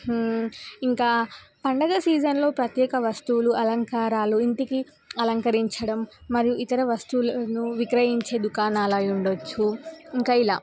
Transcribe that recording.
ఇంకా పండుగ సీజన్లో ప్రత్యేక వస్తువులు అలంకారాలు ఇంటికి అలంకరించడం మరియు ఇతర వస్తువులను విక్రయించే దుకాణాల అయి ఉండవచ్చు ఇంకా ఇలా